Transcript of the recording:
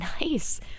nice